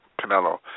Canelo